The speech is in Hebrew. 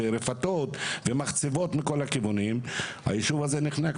רפתות ומחצבות היישוב נחנק,